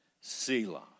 Selah